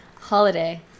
Holiday